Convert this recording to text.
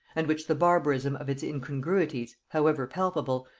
and which the barbarism of its incongruities, however palpable,